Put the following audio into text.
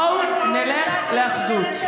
בואו נלך לאחדות.